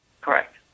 Correct